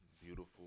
beautiful